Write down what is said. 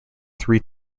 three